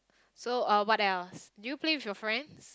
so uh what else do you play with your friends